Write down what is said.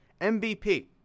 MVP